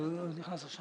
הזה,